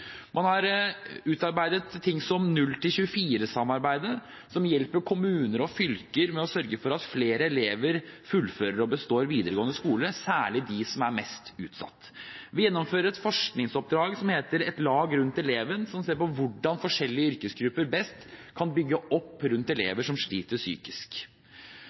som hjelper kommuner og fylker med å sørge for at flere elever fullfører og består videregående skole, særlig de som er mest utsatt. Vi gjennomfører et forskningsoppdrag som heter «Et lag rundt eleven», som ser på hvordan forskjellige yrkesgrupper best kan støtte opp om elever som sliter psykisk.